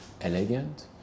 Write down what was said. elegant